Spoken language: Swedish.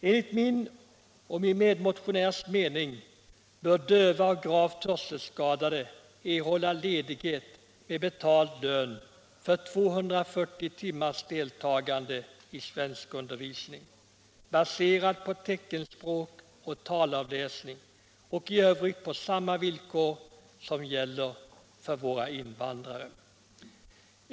Enligt min och min medmotionärs mening bör döva och gravt hörselskadade erhålla ledighet med betald lön för 240 timmars deltagande i svenskundervisning, baserad på teckenspråk och talavläsning, och i övrigt på samma villkor som gäller för våra invandrare.